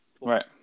Right